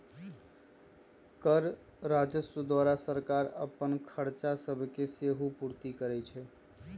कर राजस्व द्वारा सरकार अप्पन खरचा सभके सेहो पूरति करै छै